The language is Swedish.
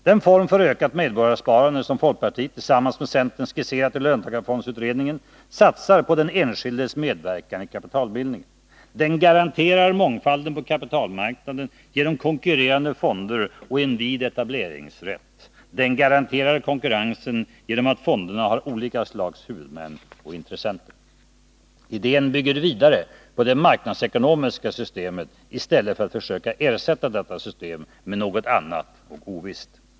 Den form för ökat medborgarsparande som folkpartiet tillsammans med centern skisserat i löntagarfondsutredningen satsar på den enskildes medverkan i kapitalbildningen. Den garanterar mångfalden på kapitalmarknaden genom konkurrerande fonder och en vid etableringsrätt. Den garanterar konkurrensen genom att fonderna har olika slags huvudmän och intressenter. Idén bygger vidare på det marknadsekonomiska systemet i stället för att försöka ersätta detta system med något annat och ovisst.